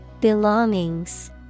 Belongings